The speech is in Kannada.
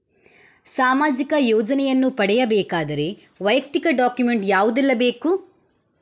ಸಾಮಾಜಿಕ ಯೋಜನೆಯನ್ನು ಪಡೆಯಬೇಕಾದರೆ ವೈಯಕ್ತಿಕ ಡಾಕ್ಯುಮೆಂಟ್ ಯಾವುದೆಲ್ಲ ಬೇಕು?